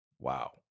Wow